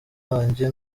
wanjye